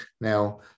Now